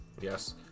yes